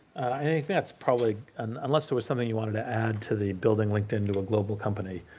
i think that's probably, unless there was something you wanted to add to the building linkedin to a global company,